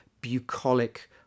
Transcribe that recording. bucolic